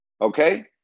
okay